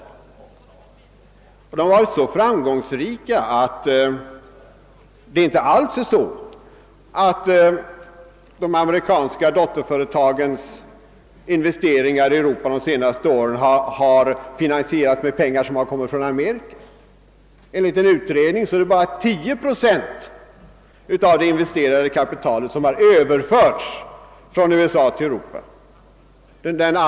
Företagen har varit så framgångsrika att det inte förhåller sig på det sättet, att de amerikanska dotterföretagens investeringar i Europa under de senaste åren har finansierats med pengar från Amerika. Enligt en utredning är det bara 10 procent av det investerade kapitalet som överförts från USA till Europa.